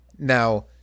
Now